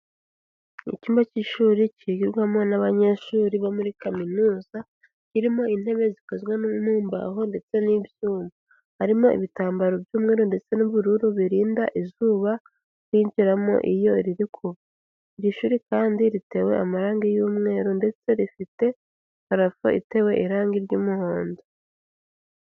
Icyumba cy'ishuri kigirwarwamowo n'abanyeshuri bo muri kaminuza, kirimo intebe zikozwe mumbaho ndetse n'ibyuma harimo ibitambaro by'umweru ndetse n'ubururu birinda izuba ryinjiramo iyo riri kuva, iri shuri kandi ritewe amarangi y'umweru ndetse rifite purafo itewe irangi ry'umuhondo.